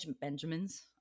Benjamins